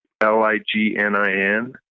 L-I-G-N-I-N